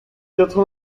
quatre